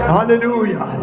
Hallelujah